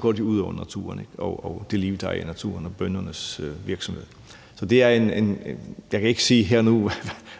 går det ud over naturen og det liv, der er i naturen, og bøndernes virksomhed. Jeg kan ikke sige her og nu,